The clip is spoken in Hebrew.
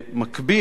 במקביל,